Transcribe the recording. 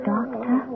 Doctor